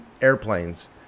airplanes